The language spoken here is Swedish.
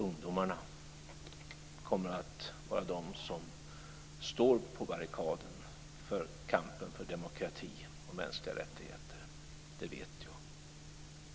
Ungdomarna kommer att vara de som står på barrikaden för kampen för demokrati och mänskliga rättigheter. Det vet jag.